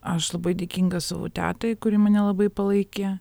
aš labai dėkinga savo tetai kuri mane labai palaikė